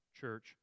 church